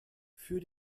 für